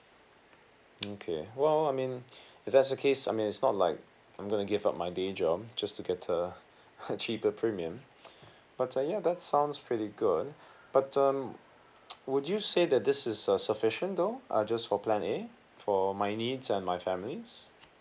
okay well I mean if that's the case I mean it's not like I'm going to give up my day job just to get a a cheaper premium but uh yeah that sounds pretty good but um would you say that this is a sufficient though uh just for plan A for my needs and my family's